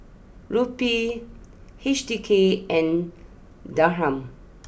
Rupee H D K and Dirham